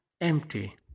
empty